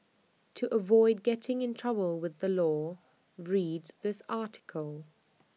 to avoid getting in trouble with the law read this article